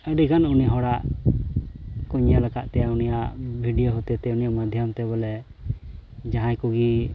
ᱟᱹᱰᱤᱜᱟᱱ ᱩᱱᱤ ᱦᱚᱲᱟᱜ ᱠᱚ ᱧᱮᱞ ᱟᱠᱟᱫ ᱛᱟᱭᱟ ᱩᱱᱤᱭᱟᱜ ᱦᱚᱛᱮᱛᱮ ᱩᱱᱤ ᱢᱟᱫᱽᱫᱷᱚᱢᱛᱮ ᱵᱚᱞᱮ ᱡᱟᱦᱟᱸᱭ ᱠᱚᱜᱮ